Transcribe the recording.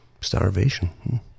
starvation